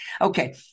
Okay